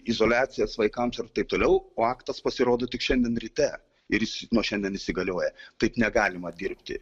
izoliacijas vaikams ir taip toliau o aktas pasirodo tik šiandien ryte ir jis nuo šiandien įsigalioja taip negalima dirbti